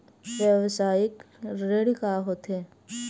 व्यवसायिक ऋण का होथे?